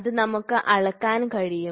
അത് നമുക്ക് അളക്കാൻ കഴിയും